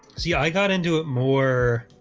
see i got into it more